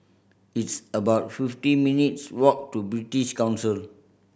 it's about fifty minutes' walk to British Council